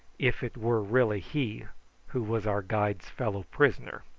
if it were really he who was our guide's fellow-prisoner.